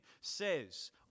says